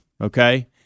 okay